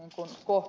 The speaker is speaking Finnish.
jos uskoo